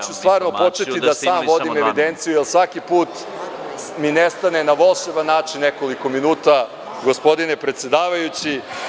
Stvarno ću početi da sam vodim evidenciju, jer svaki put mi nestane na volšeban način nekoliko minuta gospodine predsedavajući.